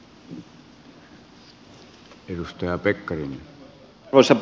arvoisa puhemies